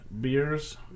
beers